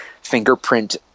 fingerprint